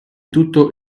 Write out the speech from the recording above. tutto